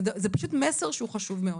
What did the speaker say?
זה מסר שהוא חשוב מאוד.